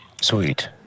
Sweet